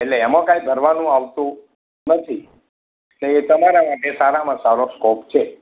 એટલે એમાં કાંઈ ભરવાનું આવતું નથી ને એ તમારા માટે સારામાં સારો સ્કોપ છે